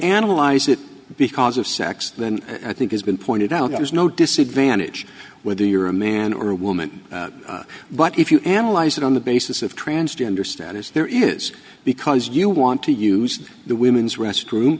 analyze it because of sex then i think it's been pointed out there's no disadvantage whether you're a man or a woman but if you analyze it on the basis of transgender status there is because you want to use the women's restroom